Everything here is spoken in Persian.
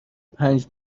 پنج